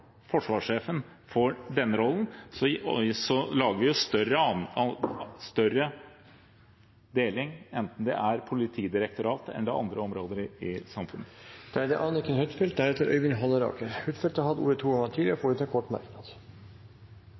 forsvarssjefen får denne rollen, lager vi en større deling enten det er Politidirektoratet eller andre områder i samfunnet. Representanten Anniken Huitfeldt har hatt ordet to ganger tidligere og får ordet til en kort merknad,